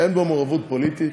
אין בו מעורבות פוליטית,